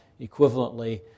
equivalently